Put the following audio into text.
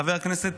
לחבר הכנסת